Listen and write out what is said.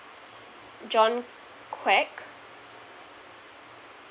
john kuek